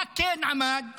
במה כן עמד?